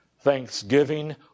Thanksgiving